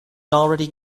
already